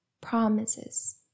promises